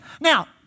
Now